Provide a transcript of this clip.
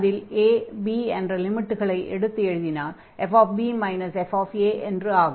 அதில் a b என்ற லிமிட்டுகளை எடுத்து எழுதினால் fb fa என்று ஆகும்